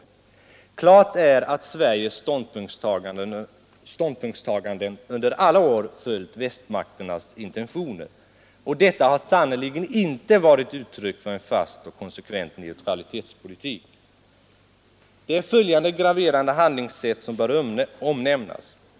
tmak Klart är att Sveriges ståndpunktstaganden under alla år följt ternas intentioner, och detta har sannerligen inte varit uttryck för en fast och konsekvent neutralitetspolitik. Det är följande graverande handlingssätt som bör omnämnas.